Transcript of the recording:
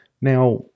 Now